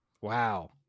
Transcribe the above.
Wow